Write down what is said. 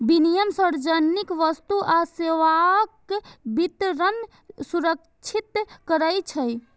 विनियम सार्वजनिक वस्तु आ सेवाक वितरण सुनिश्चित करै छै